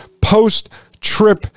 post-trip